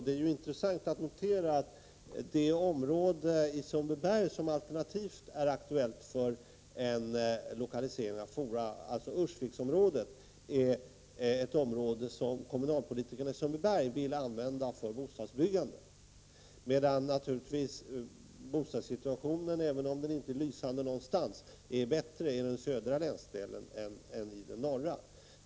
Det är intressant att notera att det område i Sundbyberg som alternativt är aktuellt för en lokalisering av FOA, Ursviksområdet, är ett område som kommunalpolitikerna i Sundbyberg vill använda för bostadsbyggande, medan bostadssituationen — även om den inte precis är lysande någonstans — är bättre i den södra länsdelen än i den norra.